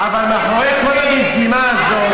אבל מאחורי כל המזימה הזאת,